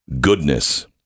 goodness